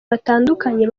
batandukanye